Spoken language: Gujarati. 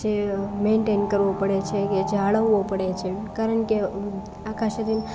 જે મેન્ટેન કરવું પડે છે કે જાળવવું પળે છે કારણ કે આખા શરીર